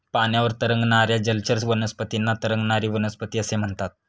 पाण्यावर तरंगणाऱ्या जलचर वनस्पतींना तरंगणारी वनस्पती असे म्हणतात